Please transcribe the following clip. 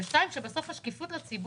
ושנית, בסוף תהיה פה שקיפות לציבור.